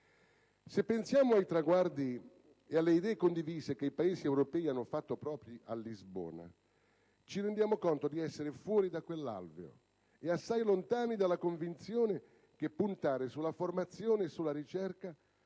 Se pensiamo ai traguardi e alle idee condivise che i Paesi europei hanno fatto propri a Lisbona ci rendiamo conto di essere fuori da quell'alveo e assai lontani dalla convinzione che puntare sulla formazione e sulla ricerca